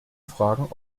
fragen